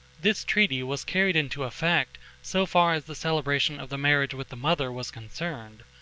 this treaty was carried into effect so far as the celebration of the marriage with the mother was concerned,